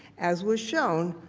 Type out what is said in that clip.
as was shown,